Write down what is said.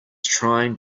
trying